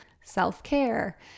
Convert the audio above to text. self-care